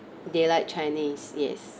they like chinese yes